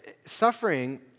suffering